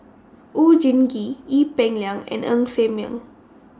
Oon Jin Gee Ee Peng Liang and Ng Ser Miang